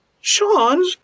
Sean